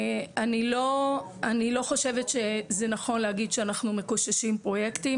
אני לא חושבת שזה נכון להגיד שאנחנו "מקוששים" פרויקטים.